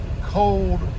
cold